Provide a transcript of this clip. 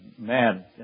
Man